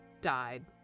died